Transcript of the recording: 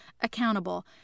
accountable